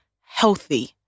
healthy